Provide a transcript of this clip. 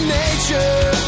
nature